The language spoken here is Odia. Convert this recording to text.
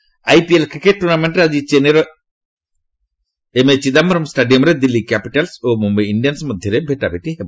ଆଇପିଏଲ୍ ଆଇପିଏଲ୍ କ୍ରିକେଟ୍ ଟୁର୍ଣ୍ଣାମେଣ୍ଟରେ ଆଜି ଚେନ୍ନାଇର ଏମ୍ଏ ଚିଦାୟରମ୍ ଷ୍ଟାଡିୟମରେ ଦିଲ୍ଲୀ କ୍ୟାପିଟାଲ୍ସ ଓ ମୁମ୍ବାଇ ଇଣ୍ଡିଆନ୍ନ ମଧ୍ୟରେ ଭେଟାଭେଟି ହେବ